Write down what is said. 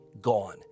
gone